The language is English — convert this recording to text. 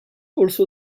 also